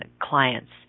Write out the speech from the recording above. clients